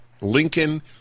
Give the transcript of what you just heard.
Lincoln